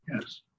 yes